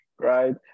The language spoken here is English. right